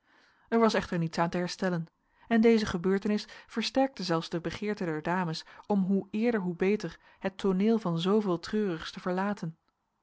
er was echter niets aan te herstellen en deze gebeurtenis versterkte zelfs de begeerte der dames om hoe eerder hoe beter het tooneel van zooveel treurigs te verlaten